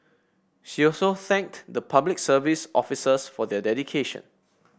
she also thanked the Public Service officers for their dedication